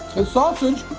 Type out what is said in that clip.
it's sausage